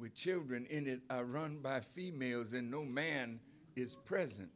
with children in the run by females in no man is present